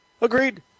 Agreed